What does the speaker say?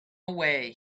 away